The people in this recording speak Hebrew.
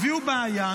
הביאו בעיה,